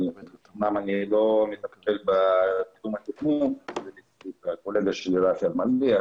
אמנם אני לא מטפל בתחום התכנון והקולגה שלי רפי אלמליח